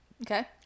Okay